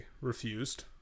refused